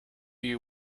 you